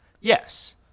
yes